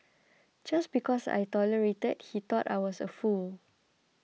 just because I tolerated he thought I was a fool